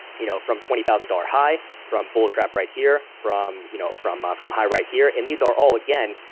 you know, from twenty thousand dollars ah or high from bull trap right here, from you know, from from high right here. and these are all again,